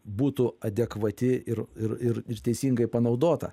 būtų adekvati ir ir ir ir teisingai panaudota